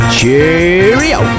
Cheerio